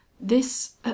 This